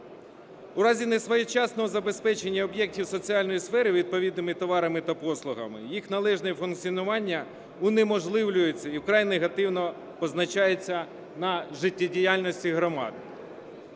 У разі несвоєчасного забезпечення об'єктів соціальної сфери відповідними товарами та послугами їх належне функціонування унеможливлюється і вкрай негативно позначається на життєдіяльності громад.